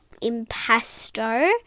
impasto